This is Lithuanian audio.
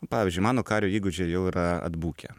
pavyzdžiui mano kario įgūdžiai jau yra atbukę